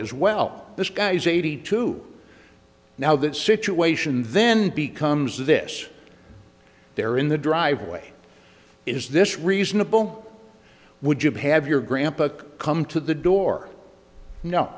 as well this guy is eighty two now that situation then becomes this there in the driveway is this reasonable would you have your grampa come to the door no